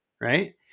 right